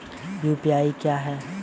UPI क्या है?